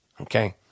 Okay